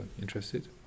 interested